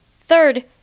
Third